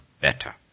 better